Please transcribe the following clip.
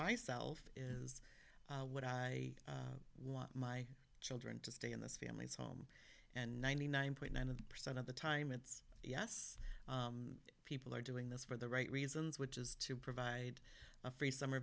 myself is what i want my children to stay in this family's home and ninety nine point nine percent of the time it's yes people are doing this for the right reasons which is to provide a free summer